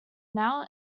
now